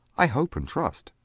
i hope and trust,